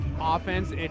offense